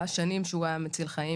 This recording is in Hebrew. שנים שהוא היה מציל חיים